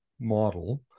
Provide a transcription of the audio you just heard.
model